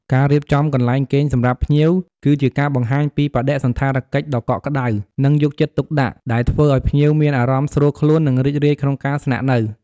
ការរៀបចំកន្លែងគេងសម្រាប់ភ្ញៀវ គឺជាការបង្ហាញពីបដិសណ្ឋារកិច្ចដ៏កក់ក្តៅ និងយកចិត្តទុកដាក់ ដែលធ្វើឲ្យភ្ញៀវមានអារម្មណ៍ស្រួលខ្លួន និងរីករាយក្នុងការស្នាក់នៅ។